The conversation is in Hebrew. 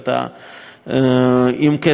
עם כסף לא קטן.